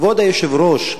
כבוד היושב-ראש.